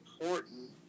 important